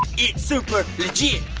it's super legit.